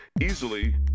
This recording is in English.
easily